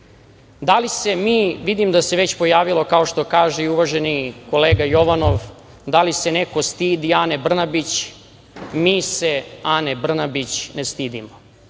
opredeljenja. Vidim da se već pojavilo, kao što kaže i uvaženi kolega Jovanov, da li se neko stidi Ane Brnabić, mi se Ane Brnabić ne stidimo.